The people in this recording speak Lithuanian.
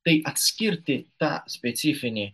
tai atskirti tą specifinį